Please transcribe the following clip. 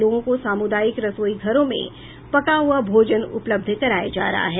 लोगों को सामुदायिक रसोई घरों में पका हुआ भोजन उपलब्ध कराया जा रहा है